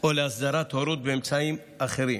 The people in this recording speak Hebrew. או להסדרת הורות באמצעים אחרים,